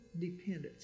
dependence